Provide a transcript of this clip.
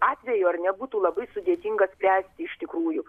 atveju ar ne būtų labai sudėtinga spręsti iš tikrųjų